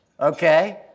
Okay